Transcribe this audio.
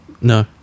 No